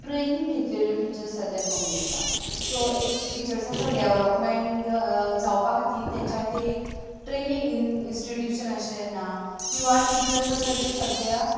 training घेतलेल्यो teachers सद्द्यां कमी आसा सो एक टिचर्साचो डेविलोपमेंट जावपा खातीर तेंच्या खातीर ट्रेनींग इन्स्टिट्युशन अशें ना किंवां टिचर्स आसा ज्यो सद्द्यां